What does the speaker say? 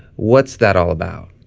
what's that all about?